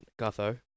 Gutho